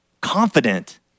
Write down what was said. confident